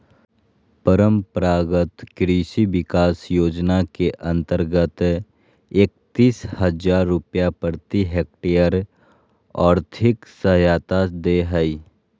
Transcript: परम्परागत कृषि विकास योजना के अंतर्गत एकतीस हजार रुपया प्रति हक्टेयर और्थिक सहायता दे हइ